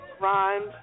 Rhymes